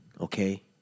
okay